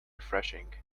refreshing